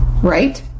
Right